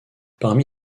parmi